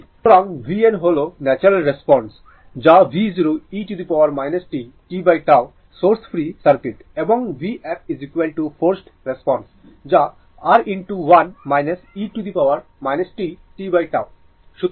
সুতরাং vn হল natural response যা v0 e t tτ source free circuit এবং vf ফোর্সড রেসপন্স যা I R 1 e t tτ